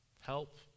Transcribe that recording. help